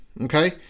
Okay